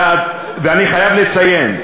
ואני חייב לציין,